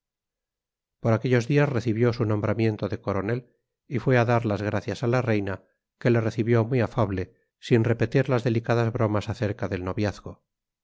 por aquellos días recibió su nombramiento de coronel y fue a dar las gracias a la reina que le recibió muy afable sin repetir las delicadas bromas acerca del noviazgo